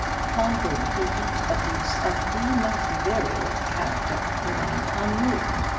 upon whom he heaped abuse of the most virulent character, remained unmoved.